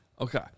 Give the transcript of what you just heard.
Okay